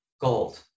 gold